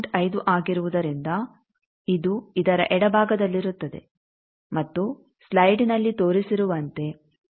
5 ಆಗಿರುವುದರಿಂದ ಇದು ಇದರ ಎಡಭಾಗದಲ್ಲಿರುತ್ತದೆ ಮತ್ತು ಸ್ಲೈಡ್ನಲ್ಲಿ ತೋರಿಸಿರುವಂತೆ 0